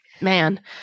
Man